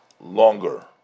longer